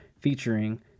featuring